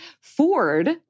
Ford